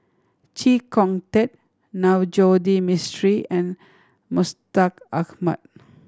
Chee Kong Tet Navroji D Mistri and Mustaq Ahmad